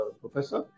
professor